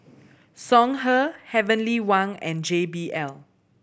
Songhe Heavenly Wang and J B L